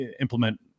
implement